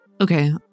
Okay